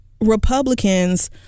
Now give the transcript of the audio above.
republicans